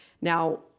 Now